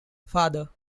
father